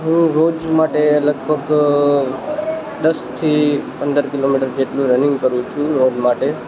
હું રોજ માટે લગભગ દસથી પંદર કિલોમીટર જેટલું રનિંગ કરું છું રોજ માટે